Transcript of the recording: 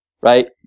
right